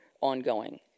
ongoing